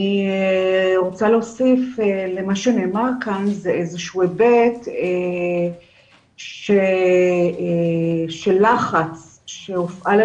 אני רוצה להוסיף למה שנאמר כאן איזה שהוא היבט של לחץ שמופעל על